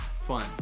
fun